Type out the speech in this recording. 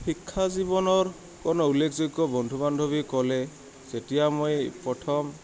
শিক্ষা জীৱনৰ কোনো উল্লেখযোগ্য বন্ধু বান্ধৱী ক'লে যেতিয়া মই প্ৰথম